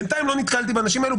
בינתיים לא נתקלתי באנשים האלה.